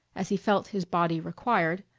as he felt his body required,